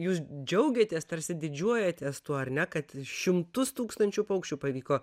jūs džiaugiatės tarsi didžiuojatės tuo ar ne kad šimtus tūkstančių paukščių pavyko